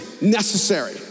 necessary